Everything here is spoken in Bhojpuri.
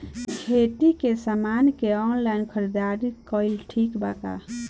खेती के समान के ऑनलाइन खरीदारी कइल ठीक बा का?